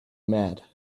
mad